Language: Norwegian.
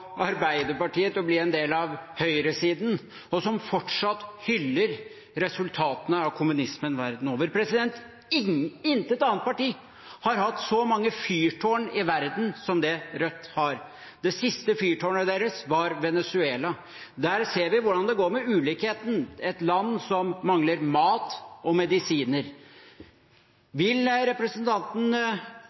Arbeiderpartiet til å bli en del av høyresiden, og som fortsatt hyller resultatene av kommunismen verden over. Intet annet parti har hatt så mange fyrtårn i verden som Rødt. Det siste fyrtårnet deres var Venezuela. Der ser vi hvordan det går med ulikheten. Det er et land som mangler mat og medisiner. Vil representanten